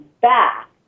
back